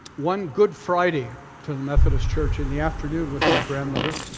one good friday to the methodist church in the afternoon with my grandmother,